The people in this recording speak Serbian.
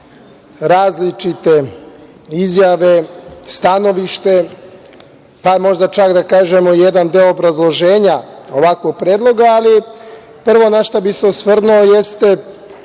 različite izjave, stanovište, pa možda čak da kažemo i jedan deo obrazloženja ovakvog predloga. Prvo na šta bih se osvrnuo jeste